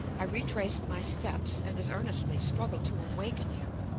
i retraced my steps and as earnestly struggled to awaken him.